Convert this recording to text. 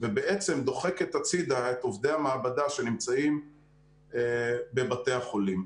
ובעצם דוחקת הצידה את עובדי המעבדה שנמצאים בבתי החולים.